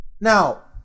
Now